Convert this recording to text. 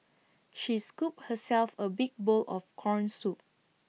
she scooped herself A big bowl of Corn Soup